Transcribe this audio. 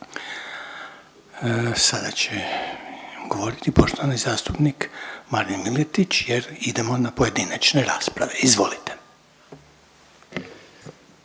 Sada će govoriti poštovani zastupnik Marin Miletić jer idemo na pojedinačne rasprave, izvolite.